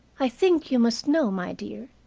i think you must know, my dear,